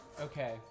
Okay